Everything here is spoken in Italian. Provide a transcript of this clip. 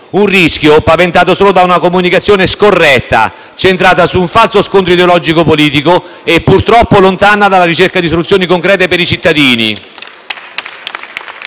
un rischio paventato solo da una comunicazione scorretta, centrata su un falso scontro ideologico politico e purtroppo lontana dalla ricerca di soluzioni concrete per i cittadini.